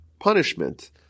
punishment